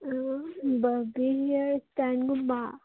Barbie ꯍꯤꯌꯥꯔ ꯁ꯭ꯇꯥꯏꯜꯒꯨꯝꯕ